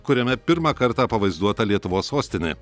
kuriame pirmą kartą pavaizduota lietuvos sostinė